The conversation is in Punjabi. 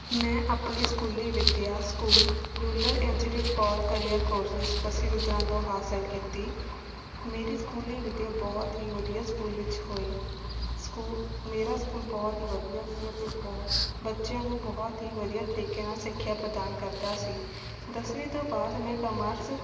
ਮੈਂ ਆਪਣੀ ਸਕੂਲੀ ਵਿੱਦਿਆ school rural institute for career courses ਪਸੀ ਬੁੱਧਰਾ ਤੋਂ ਹਾਸਿਲ ਕੀਤੀ ਮੇਰੀ ਸਕੂਲੀ ਵਿੱਦਿਆ ਬਹੁਤ ਹੀ ਵਧੀਆ ਸਕੂਲ ਵਿੱਚ ਹੋਈ ਸਕੂ ਮੇਰਾ ਸਕੂਲ ਬਹੁਤ ਹੀ ਵਧੀਆ ਸੀ ਅਤੇ ਬਹੁਤ ਬੱਚਿਆਂ ਨੂੰ ਬਹੁਤ ਹੀ ਵਧੀਆ ਤਰੀਕੇ ਨਾਲ ਸਿੱਖਿਆ ਪ੍ਰਦਾਨ ਕਰਦਾ ਸੀ ਦਸਵੀਂ ਤੋਂ ਬਾਅਦ ਮੈਂ ਕਮਰਸ